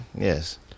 yes